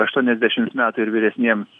aštuoniasdešimt metų ir vyresniems